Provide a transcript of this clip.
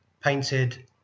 painted